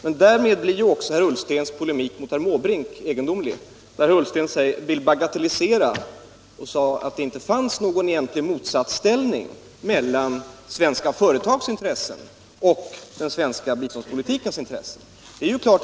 Men därmed blir också herr Ullstens polemik mot herr Måbrink egendomlig. Herr Ullsten ville bagatellisera och hävdade att det inte fanns någon egentlig motsatsställning mellan svenska företags intressen och den svenska biståndspolitikens intressen i detta sammanhang.